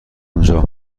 اونجا